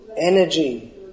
Energy